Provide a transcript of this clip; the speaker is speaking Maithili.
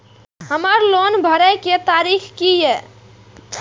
हमर लोन भरए के तारीख की ये?